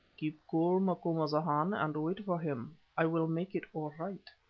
keep cool, macumazahn, and wait for him. i will make it all right.